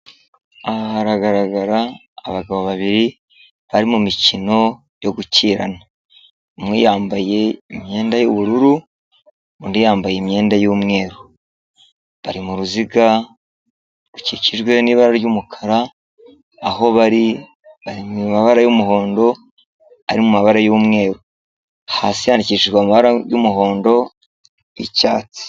Aha hagaragara abagabo babiri bari mu mikino yo gukirana. Umwe yambaye imyenda y'ubururu undi yambaye imyenda y'umweru, bari mu ruziga rukikijwe n'ibara ry'umukara aho bari mu ibara y'umuhondo ari mu mabara y'umweru. Hasi yandikishijwe amabara y'umuhondo y'icyatsi.